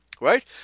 right